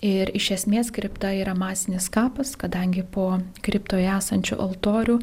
ir iš esmės kripta yra masinis kapas kadangi po kriptoje esančiu altoriu